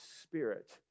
Spirit